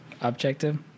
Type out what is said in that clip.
Objective